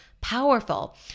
powerful